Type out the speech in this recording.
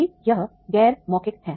कि यह गैर मौखिक है